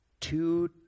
two